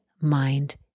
mind